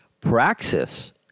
Praxis